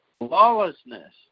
lawlessness